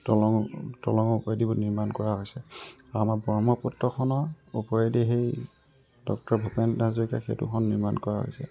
দলং দলঙৰ ওপৰেদি নিৰ্মাণ কৰা হৈছে আমাৰ ব্ৰহ্মপুত্ৰখনৰ ওপৰেদি সেই ডক্টৰ ভূপেন হাজৰিকা সেতুখন নিৰ্মাণ কৰা হৈছে